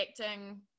acting